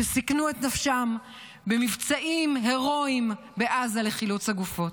שסיכנו את נפשם במבצעים הרואיים בעזה לחילוץ הגופות.